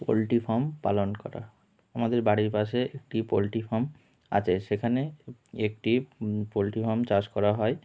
poultry farm পালন করা আমাদের বাড়ির পাশে একটি পোলট্রি ফার্ম আছে সেখানে একটি পোলট্রি ফার্ম চাষ করা হয়